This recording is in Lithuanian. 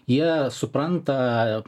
jie supranta